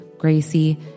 Gracie